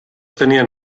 tenien